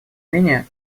менее